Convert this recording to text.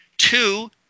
Two